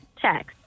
text